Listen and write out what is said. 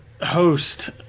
host